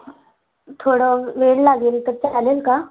थोडं वेळ लागेल तर चालेल का